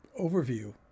overview